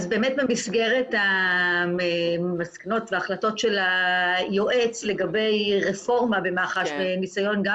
אז באמת במסגרת המסקנות וההחלטות של היועץ לגבי רפורמה במח"ש וניסיון גם